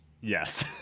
Yes